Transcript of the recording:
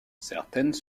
certaines